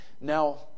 Now